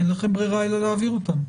אין לכם ברירה אלא להעביר אותם.